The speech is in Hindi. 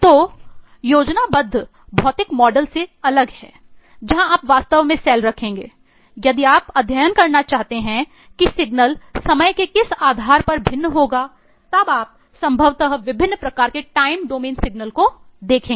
तो योजनाबद्ध भौतिक मॉडल को देखेंगे